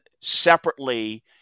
separately